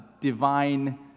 divine